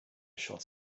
shots